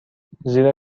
زیرا